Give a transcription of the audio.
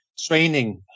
training